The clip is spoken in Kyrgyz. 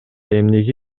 эмнеге